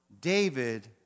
David